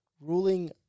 ruling